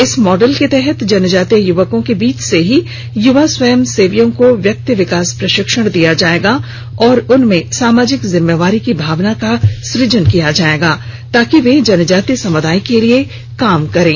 इस मॉडल के तहत जनजातीय युवकों के बीच से ही युवा स्वयंसेवियों को व्यक्ति विकास प्रशिक्षण प्रदान किया जायेगा और उनमें सामाजिक जिम्मेदारी की भावना का सुजन किया जायेगा ताकि वे जनजातीय समुदाय के लिए काम करें